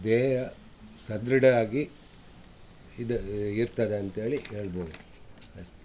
ದೇಹ ಸದೃಢ ಆಗಿ ಇದು ಇರ್ತದೆ ಅಂತೇಳಿ ಹೇಳ್ಬೋದು ಅಷ್ಟೆ